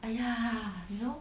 !aiya! you know